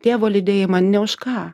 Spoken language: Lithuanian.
tėvo lydėjimą nė už ką